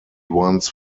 ones